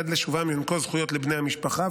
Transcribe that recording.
עד לשובם יוענקו הזכויות לבני המשפחה,